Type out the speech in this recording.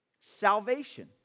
salvation